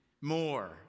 More